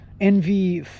envy